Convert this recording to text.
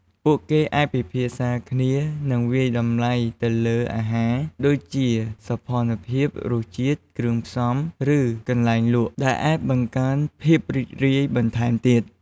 ពួកគេអាចពិភាក្សាគ្នា និងវាយតម្លៃទៅលើអាហារ ដូចជាសោភណភាព រសជាតិ គ្រឿងផ្សំ ឬកន្លែងលក់ ដែលអាចបង្កើនភាពរីករាយបន្ថែមទៀត។